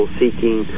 seeking